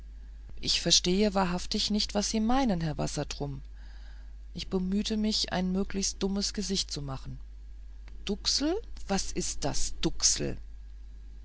ich verstehe wahrhaftig nicht was sie meinen herr wassertrum ich bemühte mich ein möglichst dummes gesicht zu machen duksel was ist das